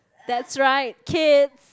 that's right kids